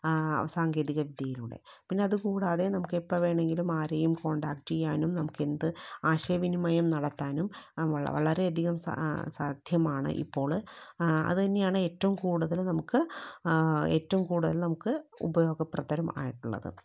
സാങ്കേതിക വിദ്യയിലൂടെ പിന്നെ അതുകൂടാതെ നമുക്ക് എപ്പം വേണമെങ്കിലും ആരെയും കോൺടാക്റ്റ് ചെയ്യാനും നമുക്ക് എന്ത് ആശയ വിനിമയം നടത്താനും വളരെ അധികം സാധ്യമാണ് ഇപ്പോൾ അത് തന്നെയാണ് ഏറ്റവും കൂടുതൽ നമുക്ക് ഏറ്റവും കൂടുതൽ നമുക്ക് ഉപയോഗപ്രദമായിട്ടുള്ളത്